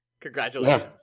congratulations